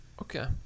Okay